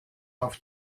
auf